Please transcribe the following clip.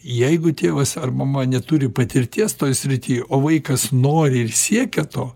jeigu tėvas ar mama neturi patirties toj srity o vaikas nori ir siekia to